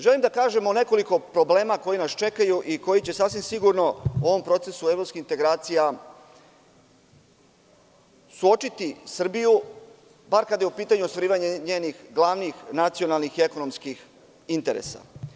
Želim da kažem o nekoliko problema koji nas čekaju i koji će sasvim sigurno u ovom procesu evropskih integracija suočiti Srbiju, bar kada je u pitanju ostvarivanje njenih glavnih nacionalnih i ekonomskih interesa.